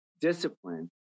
discipline